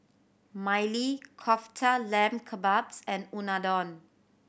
Maili Kofta Lamb Kebabs and Unadon